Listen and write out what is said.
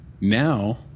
Now